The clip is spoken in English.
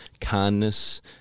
kindness